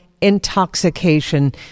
intoxication